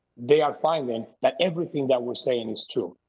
they are finding that everything that we're saying is true.